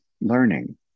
learning